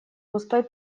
густой